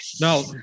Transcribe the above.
No